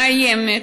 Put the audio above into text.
מאיימת,